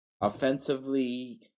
offensively